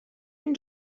این